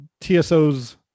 TSO's